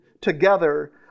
together